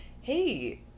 hey